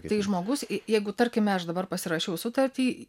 tai žmogus į jeigu tarkime aš dabar pasirašiau sutartį